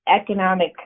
economic